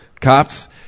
Cops